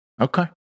Okay